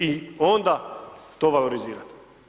I onda to valorizirati.